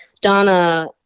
Donna